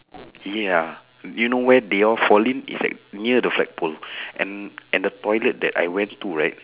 ya you know where they all fall in is at near the flagpole and and the toilet that I went to right